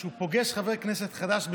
כשהוא פוגש חבר כנסת חדש,